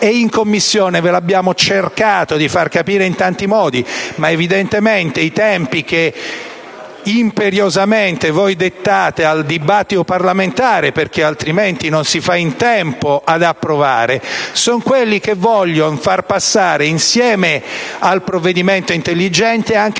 e in Commissione abbiamo cercato di farvelo capire in tanti modi. Ma evidentemente i tempi che imperiosamente voi dettate al dibattito parlamentare (altrimenti non si fa in tempo ad approvare) sono quelli che vogliono far passare insieme al provvedimento intelligente anche